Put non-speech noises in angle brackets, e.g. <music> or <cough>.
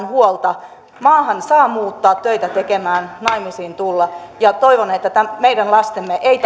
<unintelligible> huolta ja maahan saa muuttaa töitä tekemään ja naimisiin tulla toivon että meidän lastemme ei <unintelligible>